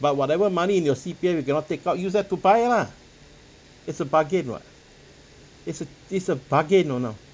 but whatever money in your C_P_F you cannot take out use that to buy lah it's a bargain what it's a it's a bargain know now